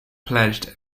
pledged